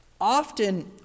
Often